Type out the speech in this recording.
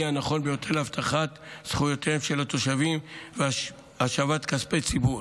הנכון ביותר להבטחת זכויותיהם של התושבים והשבת כספי הציבור.